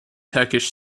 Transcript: turkish